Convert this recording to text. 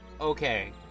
Okay